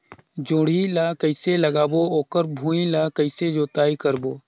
जोणी ला कइसे लगाबो ओकर भुईं ला कइसे जोताई करबो?